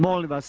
Molim vas!